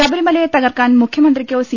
ശബരിമലയെ തകർക്കാൻ മുഖ്യമന്ത്രിക്കോ സി